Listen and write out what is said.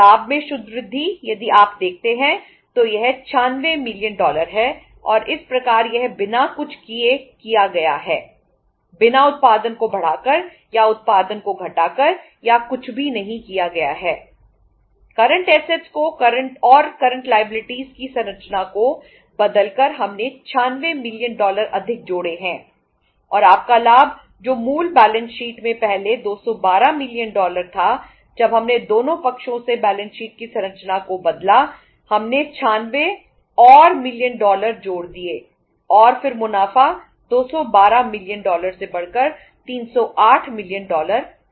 लाभ में शुद्ध वृद्धि यदि आप देखते हैं तो यह 96 मिलियन हो गया है